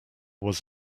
was